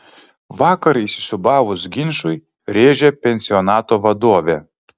vakar įsisiūbavus ginčui rėžė pensionato vadovė